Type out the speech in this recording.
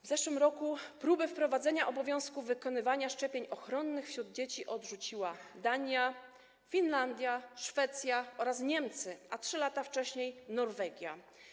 W zeszłym roku próby wprowadzenia obowiązku wykonywania szczepień ochronnych wśród dzieci odrzuciły Dania, Finlandia, Szwecja oraz Niemcy, a 3 lata wcześniej Norwegia.